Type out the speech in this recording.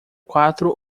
quatro